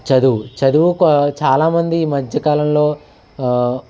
చదువు చదువుకో చాలామంది ఈ మధ్యకాలంలో